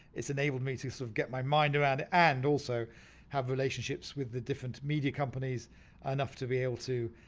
it's enabled me to sort of get my mind around it and also have relationships with the different media companies enough to be able to